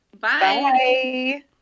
Bye